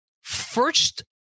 first